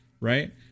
right